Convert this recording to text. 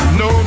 no